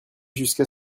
jusquà